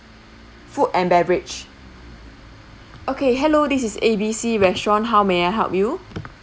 food and beverage okay hello this is A_B_C restaurant how may I help you